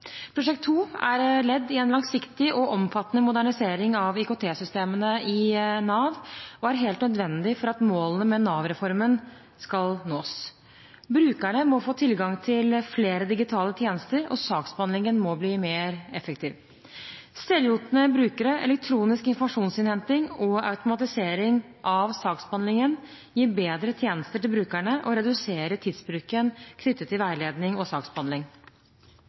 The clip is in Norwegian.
Prosjekt 2 er ledd i en langsiktig og omfattende modernisering av IKT-systemene i Nav og er helt nødvendig for at målene med Nav-reformen skal nås. Brukerne må få tilgang til flere digitale tjenester, og saksbehandlingen må bli mer effektiv. Selvhjulpne brukere, elektronisk informasjonshenting og automatisering av saksbehandlingen gir bedre tjenester til brukerne og reduserer tidsbruken knyttet til veiledning og saksbehandling.